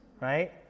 right